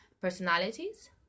personalities